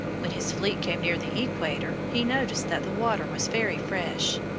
when his fleet came near the equator, he noticed that the water was very fresh.